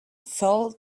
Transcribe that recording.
fell